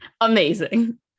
Amazing